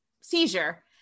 seizure